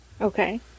Okay